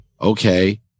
Okay